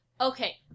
Okay